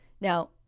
Now